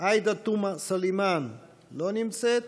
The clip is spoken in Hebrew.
עאידה תומא סלימאן, לא נמצאת.